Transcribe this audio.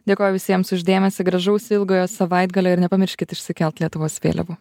dėkoju visiems už dėmesį gražaus ilgojo savaitgalio ir nepamirškit išsikelt lietuvos vėliavą